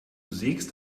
sägst